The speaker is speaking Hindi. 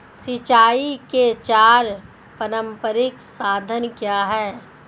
सिंचाई के चार पारंपरिक साधन क्या हैं?